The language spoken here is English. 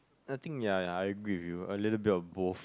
I think ya ya I agree with you a little bit of both